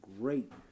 great